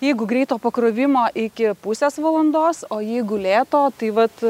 jeigu greito pakrovimo iki pusės valandos o jeigu lėto tai vat